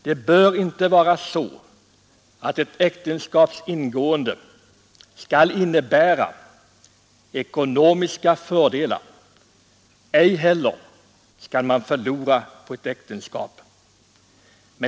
Det bör inte vara så att ett äktenskaps ingående skall innebära ekonomiska fördelar. Ej heller skall man förlora ekonomiskt på ett äktenskap.